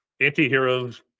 anti-heroes